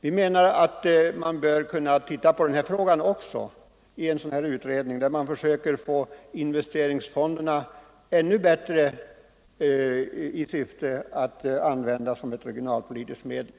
Vi anser att även denna fråga bör tas med i den föreslagna utredningen, så att investeringsfonderna i större utsträckning än hittills kan användas i regionalpolitiskt syfte.